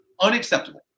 Unacceptable